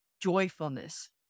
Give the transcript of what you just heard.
joyfulness